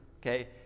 okay